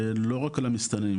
לא רק על המסתננים,